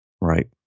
Right